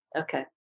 Okay